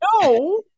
no